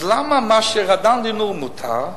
אז למה מה שרענן דינור, זה מותר,